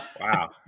Wow